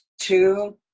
two